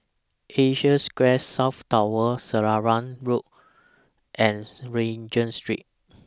Asia Square South Tower Selarang Park Road and Regent Street